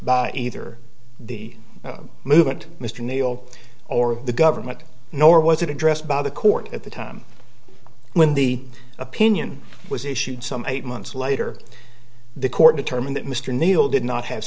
by either the movement mr neeld or the government nor was it addressed by the court at the time when the opinion was issued some eight months later the court determined that mr kneale did not have